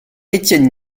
étienne